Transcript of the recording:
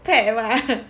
pet [what]